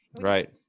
right